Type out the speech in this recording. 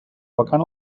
vacant